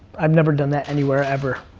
i've never done that anywhere ever.